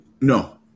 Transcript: No